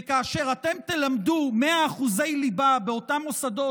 כאשר אתם תלמדו 100% ליבה באותם מוסדות